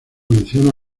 menciona